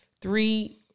three